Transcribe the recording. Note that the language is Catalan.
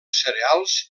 cereals